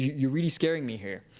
you're really scaring me here.